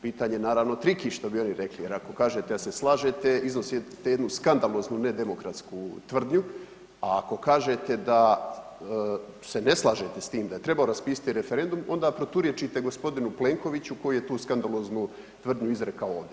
Pitanje je naravno triki što bi oni rekli jer ako kažete da se slažete iznosite jednu skandaloznu nedemokratsku tvrdnju, a ako kažete da se ne slažete s tim da je trebao raspisati referendum onda proturječite g. Plenkoviću koji je tu skandaloznu tvrdnju izrekao ovdje.